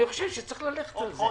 אני חושב שצריך ללכת על זה.